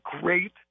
great